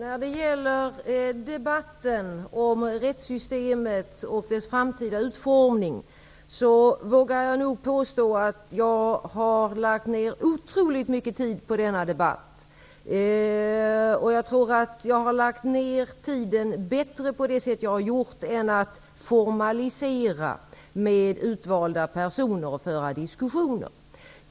Fru talman! Jag vågar påstå att jag har lagt ned oerhört mycket tid på debatten om rättssystemet och dess framtida utformning. Jag tror att jag har gått till väga på bättre sätt än genom att föra en formaliserad debatt med utvalda personer.